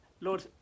Lord